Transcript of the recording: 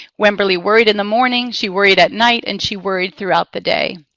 wemberly worried in the morning. she worried at night, and she worried throughout the day.